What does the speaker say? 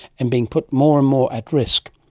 and being put more and more at risk.